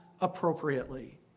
appropriately